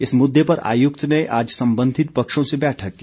इस मुददे पर आयुक्त ने आज संबंधित पक्षों से बैठक की